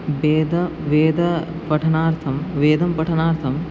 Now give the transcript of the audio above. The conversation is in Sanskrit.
वेदः वेदः पठनार्थं वेदं पठनार्थं